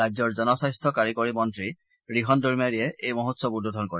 ৰাজ্যৰ জনস্বাস্থ্য কাৰিকৰী মন্ত্ৰী ৰিহণ দৈমাৰীয়ে এই মহোৎসৱ উদ্বোধন কৰে